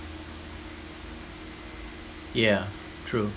yeah true